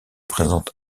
présente